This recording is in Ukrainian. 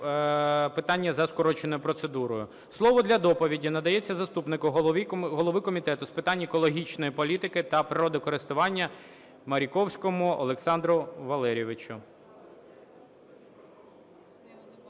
питання за скороченою процедурою. Слово для доповіді надається заступнику голови Комітету з питань екологічної політики та природокористування Маріковському Олександру Валерійовичу.